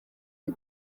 ati